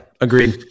agreed